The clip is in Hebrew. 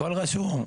הכול רשום.